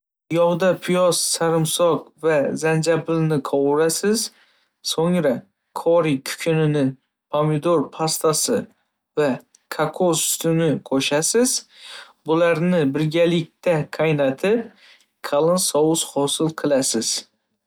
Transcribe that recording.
Yog'da piyoz, sarimsoq va zanjabilni qovurasiz, so'ngra kori kukuni, pomidor pastasi va kokos sutini qo'shasiz. Bularni birgalikda qaynatib, qalin sous hosil qilasiz.